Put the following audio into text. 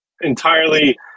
entirely